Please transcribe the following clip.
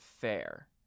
fair